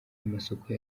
amasoko